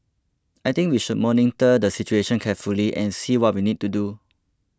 I think we should monitor the situation carefully and see what we need to do